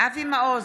אבי מעוז,